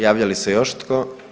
Javlja li se još tko?